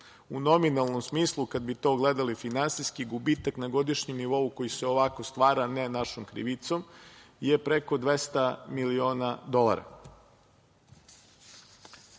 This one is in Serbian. U nominalnom smislu kada bi to gledali finansijski gubitak na godišnjem nivou koji se ovako stvara, ne našom krivicom, je preko 200 miliona